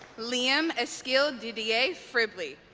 liam eskil didier fribley